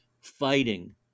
fighting